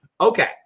Okay